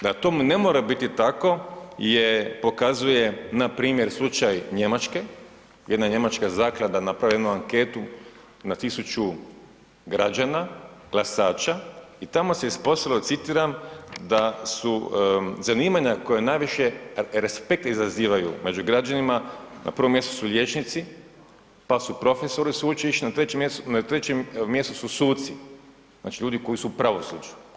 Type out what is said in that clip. Da tome ne mora biti tako pokazuje npr. slučaj Njemačke, jedna njemačka zaklada napravila je jednu anketu na tisuću građana glasača i tamo se ispostavilo, citiram „da su zanimanja koja najviše respekt izazivaju među građanima na prvom mjestu su liječnici, pa su profesori sveučilišni, na trećem mjestu su suci“ znači ljudi koji su u pravosuđa.